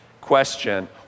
question